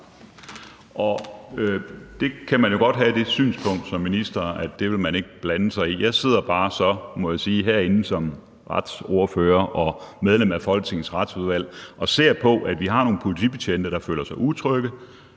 Og der kan man jo godt have det synspunkt som minister, at det vil man ikke blande sig i. Jeg sidder bare herinde, må jeg sige, som retsordfører og medlem af Folketingets Retsudvalg og ser på, at vi har nogle politibetjente, der føler sig utrygge,